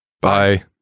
Bye